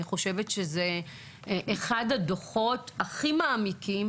אני חושבת שזהו אחד הדו"חות הכי מעמיקים